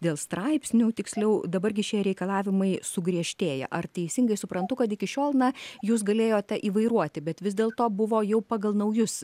dėl straipsnių tiksliau dabar gi šie reikalavimai sugriežtėja ar teisingai suprantu kad iki šiol na jūs galėjote įvairuoti bet vis dėlto buvo jau pagal naujus